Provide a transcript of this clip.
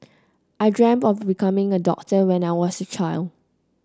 I dreamt of becoming a doctor when I was a child